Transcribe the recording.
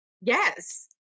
Yes